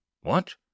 What